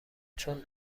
چون